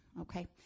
okay